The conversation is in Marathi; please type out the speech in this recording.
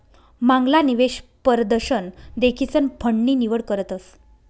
मांगला निवेश परदशन देखीसन फंड नी निवड करतस